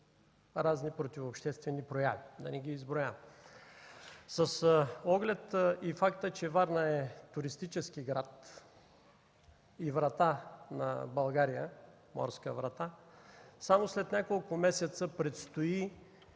разни противообществени прояви, да не ги изброявам. С оглед и факта, че Варна е туристически град, морска врата на България, само след няколко месеца предстои